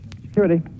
Security